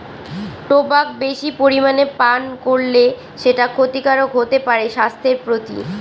tobacco বেশি পরিমানে পান করলে সেটা ক্ষতিকারক হতে পারে স্বাস্থ্যের প্রতি